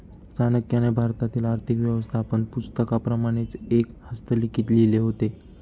चाणक्याने भारतातील आर्थिक व्यवस्थापन पुस्तकाप्रमाणेच एक हस्तलिखित लिहिले होते